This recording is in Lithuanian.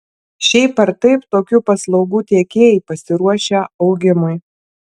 šiaip ar taip tokių paslaugų tiekėjai pasiruošę augimui